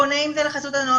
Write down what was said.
פונה עם זה לחסות הנוער,